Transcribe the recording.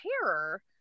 terror